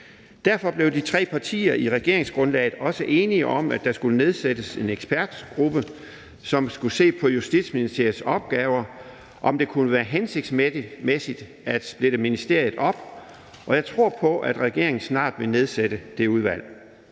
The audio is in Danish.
Derfor blev de tre partier i regeringsgrundlaget også enige om, at der skulle nedsættes en ekspertgruppe, som skulle se på Justitsministeriets opgaver og på, om det kunne være hensigtsmæssigt at splittet ministeriet op. Og jeg tror på, at regeringen snart vil nedsætte det udvalg.